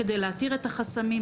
כדי להתיר את החסמים,